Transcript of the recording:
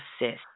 assist